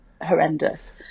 horrendous